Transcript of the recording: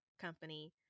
company